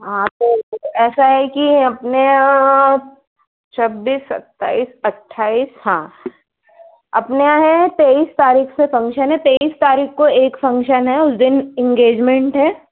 ऐसा है कि अपने आप छब्बीस सताईस अठाईस हाँ अपने यह है तेईस तारीख से फंक्शन है तेईस तारीख को एक फंक्शन है उस दिन इंगेजमेंट है